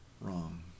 Wrong